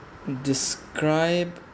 describe